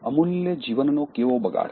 અમૂલ્ય જીવનનો કેવો બગાડ